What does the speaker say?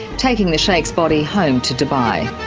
taking the sheikh's body home to dubai.